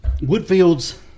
Woodfield's